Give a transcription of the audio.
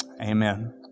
amen